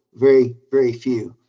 very, very few.